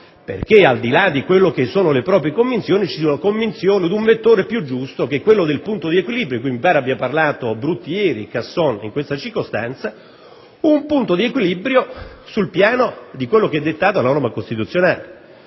perché, al di là di quelle che sono le proprie convinzioni, ci sia un vettore più giusto, che è quel punto di equilibrio di cui mi pare abbia parlato Brutti ieri e Casson in questa circostanza, un punto di equilibrio sul piano di quello che è dettato dalla norma costituzionale.